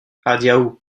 adiaŭ